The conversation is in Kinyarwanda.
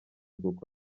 kuko